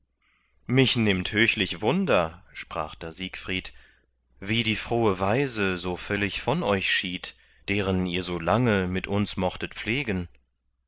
mich nimmt höchlich wunder sprach da siegfried wie die frohe weise so völlig von euch schied deren ihr so lange mit uns mochtet pflegen